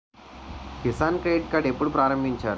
Kisan credit card ఎప్పుడు ప్రారంభించారు?